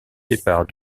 départ